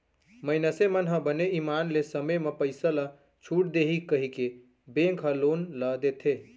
मइनसे मन ह बने ईमान ले समे म पइसा ल छूट देही कहिके बेंक ह लोन ल देथे